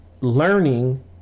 learning